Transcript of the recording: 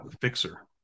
Fixer